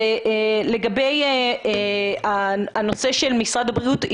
לגבי הנושא של משרד הבריאות,